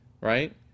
right